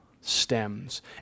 stems